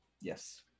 Yes